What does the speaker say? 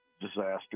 disaster